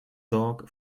dog